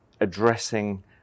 addressing